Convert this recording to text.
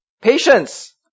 Patience